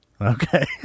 Okay